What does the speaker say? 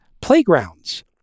playgrounds